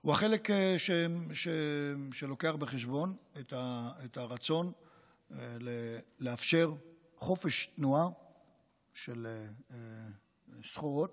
הוא החלק שלוקח בחשבון את הרצון לאפשר חופש תנועה של סחורות,